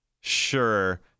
Sure